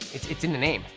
it's it's in the name.